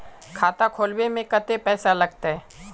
खाता खोलबे में कते पैसा लगते?